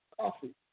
coffee